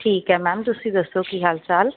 ਠੀਕ ਹੈ ਮੈਮ ਤੁਸੀਂ ਦੱਸੋ ਕੀ ਹਾਲ ਚਾਲ